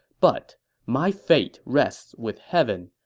but my fate rests with heaven.